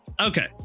okay